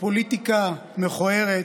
הפוליטיקה מכוערת